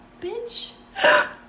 Bitch